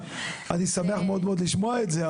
אני שמח מאוד מאוד לשמוע את זה,